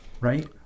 Right